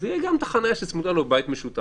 ואז תהיה גם החניה שצמודה לו בבית משותף.